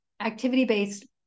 Activity-based